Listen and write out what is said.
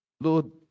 Lord